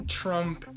trump